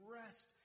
rest